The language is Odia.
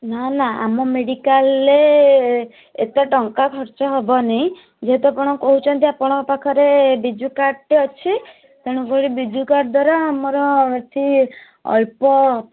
ନା ନା ଆମ ମେଡ଼ିକାଲରେ ଏତେ ଟଙ୍କା ଖର୍ଚ୍ଚ ହବନି ଯେହେତୁ ଆପଣ କହୁଛନ୍ତି ଆପଣଙ୍କ ପାଖରେ ବିଜୁ କାର୍ଡ଼ ଟେ ଅଛି ତେଣୁକରି ବିଜୁ କାର୍ଡ଼ ଦ୍ଵାରା ଆମର ଏଇଠି ଅଳ୍ପ